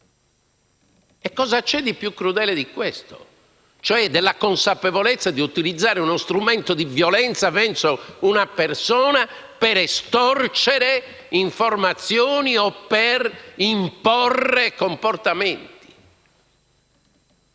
Cosa c'è di più crudele della consapevolezza di utilizzare uno strumento di violenza verso una persona per estorcere informazioni o per imporre comportamenti?